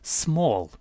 small